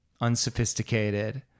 unsophisticated